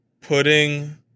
putting